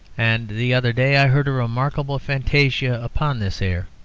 and the other day i heard a remarkable fantasia upon this air.